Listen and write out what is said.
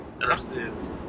versus